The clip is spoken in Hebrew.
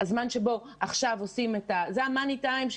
שזה המאני טיים,